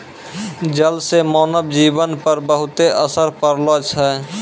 जल से मानव जीवन पर बहुते असर पड़लो छै